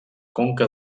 conca